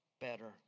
better